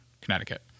Connecticut